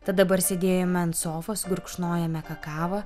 tad dabar sėdėjome ant sofos gurkšnojome kakavą